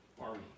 army